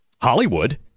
Hollywood